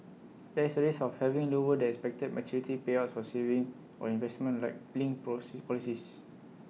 there is A risk of having lower than expected maturity payouts for savings or investment like linked pros policies